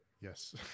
Yes